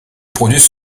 produisent